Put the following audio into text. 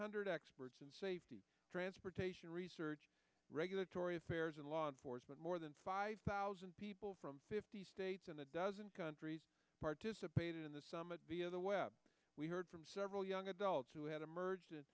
hundred experts in safety transportation research regulatory affairs and law enforcement more than five thousand people from fifty states and a dozen countries participated in the summit via the web we heard from several young adults who had emerged